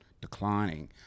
declining